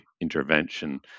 intervention